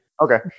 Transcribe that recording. Okay